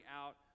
out